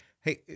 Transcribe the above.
Hey